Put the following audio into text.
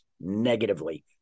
negatively